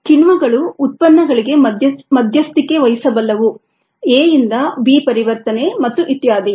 ಕಿಣ್ವಗಳು ಉತ್ಪನ್ನಗಳಿಗೆ ಮಧ್ಯಸ್ಥಿಕೆ ವಹಿಸಬಲ್ಲವು A ನಿಂದ B ಪರಿವರ್ತನೆ ಮತ್ತು ಇತ್ಯಾದಿ